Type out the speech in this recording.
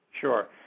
Sure